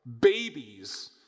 babies